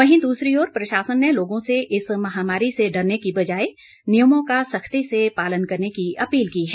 वहीं दूसरी ओर प्रशासन ने लोगों से इस महामारी से डरने के बजाए नियमों का सख्ती से पालन करने की अपील की है